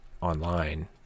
online